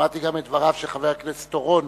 שמעתי גם את דבריו של חבר הכנסת אורון.